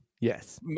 Yes